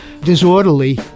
disorderly